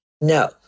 No